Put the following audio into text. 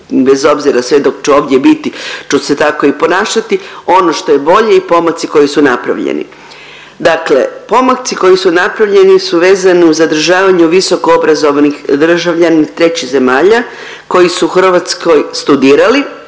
bez obzira sve dok ću ovdje biti ću se tako i ponašati ono što je bolje i pomaci koji su napravljeni. Dakle, pomaci koji su napravljeni su vezani u zadržavanju visokoobrazovanih državljani trećih zemalja koji su u Hrvatskoj studirali,